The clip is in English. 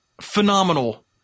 phenomenal